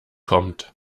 kommt